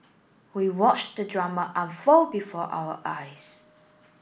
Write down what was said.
we watched the drama unfold before our eyes